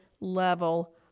level